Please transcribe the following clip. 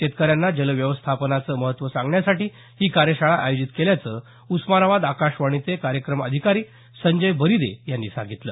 शेतकऱ्यांना जल व्यवस्थापनाचं महत्त्व सांगण्यासाठी ही कार्यशाळा आयोजीत केल्याचं उस्मानाबाद आकाशवाणीचे कार्यक्रम अधिकारी संजय बरिदे यांनी सांगितलं